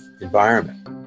environment